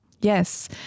Yes